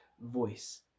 voice